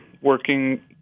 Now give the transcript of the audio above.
working